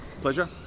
pleasure